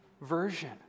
version